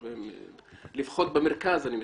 אני מתכוון לבחור במרכז.